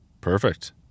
perfect